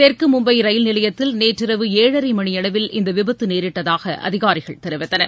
தெற்குழும்பைரயில் நிலையத்தில் நேற்றிரவு ஏழரைமணியளவில் இந்தவிபத்துநேரிட்டதாகஅதிகாரிகள் தெரிவித்தனர்